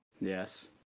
Yes